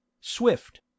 swift